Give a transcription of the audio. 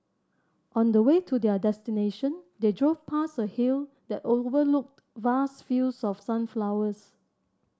on the way to their destination they drove past a hill that overlooked vast fields of sunflowers